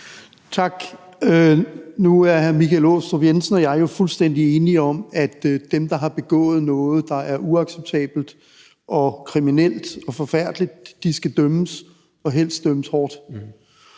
Tak. Nu er hr. Michael Aastrup Jensen og jeg jo fuldstændig enige om, at dem, der har begået noget, der er uacceptabelt, kriminelt og forfærdeligt, skal dømmes, og helst dømmes hårdt.